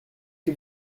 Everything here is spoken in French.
que